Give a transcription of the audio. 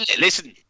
listen